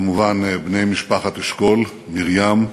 כמובן בני משפחת אשכול, מרים,